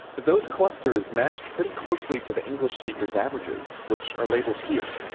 those clusters matched pretty closely to the english speakers' averages, which are labeled here.